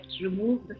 remove